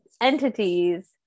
entities